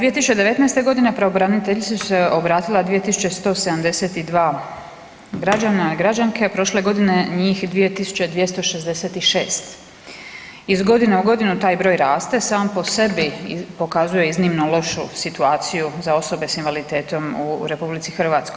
2019.g. pravobraniteljici su se obratila 2.172 građana i građanke, prošle godine njih 2.266, iz godine u godinu taj broj raste sam po sebi pokazuje iznimno lošu situaciju za osobe s invaliditetom u RH.